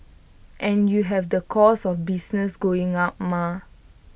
and you have the costs of business going up mah